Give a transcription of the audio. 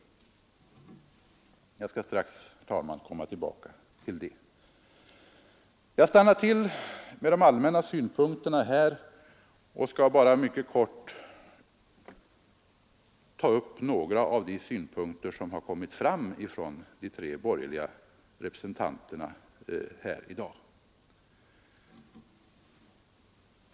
Jag skall strax, herr talman, komma tillbaka till detta. Jag vill nu övergå från de allmänna aspekterna till att mycket kort ta upp några av de synpunkter som i dag framförts av de tre borgerliga representanterna.